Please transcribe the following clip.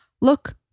Look